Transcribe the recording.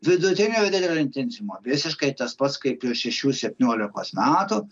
vidutinio ir didelio intensyvumo visiškai tas pats kaip ir šešių septyniolikos metų